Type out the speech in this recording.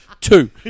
Two